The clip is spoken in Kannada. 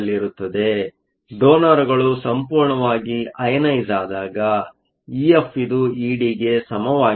ಆದ್ದರಿಂದ ಡೋನರ್ಗಳು ಸಂಪೂರ್ಣವಾಗಿ ಅಯನೈಸ಼್ಆದಾಗ ಇಎಫ್ ಇದು ಇಡಿ ಗೆ ಸಮವಾಗಿರುತ್ತದೆ